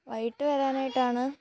വൈകിട്ട് വരാനായിട്ടാണ്